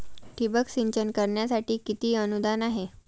ठिबक सिंचन करण्यासाठी किती अनुदान आहे?